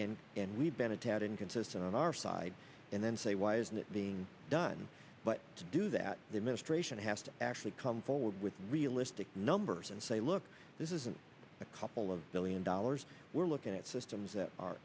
and and we've been a tad inconsistent on our side and then say why isn't it being done but to do that they ministration has to actually come forward with realistic numbers and say look this isn't a couple of billion dollars we're looking at systems that are